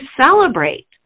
celebrate